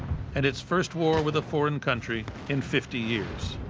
and its first war with a foreign country in fifty years.